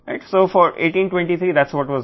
కాబట్టి 1823 కి తెలిసినది ఇదే